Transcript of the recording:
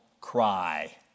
cry